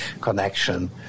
connection